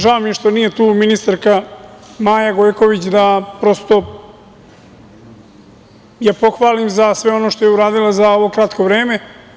Žao mi je što nije tu ministarka Maja Gojković da, prosto, je pohvalim za sve ono što je uradila za ovo kratko vreme.